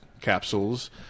capsules